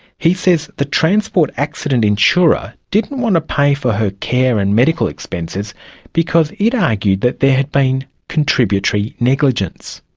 he says the transport accident insurer didn't want to pay for her care and medical expenses because it argued that there had been contributory negligence.